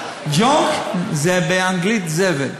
ג'אנק זה באנגלית זבל,